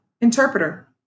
interpreter